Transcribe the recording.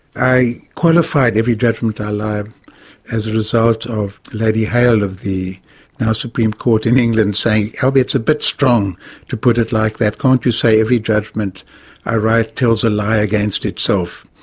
i qualify every judgment i write as a result of lady hale of the now supreme court in england saying, albie, it's a bit strong to put it like that, can't you say every judgment i write tells a lie against itself?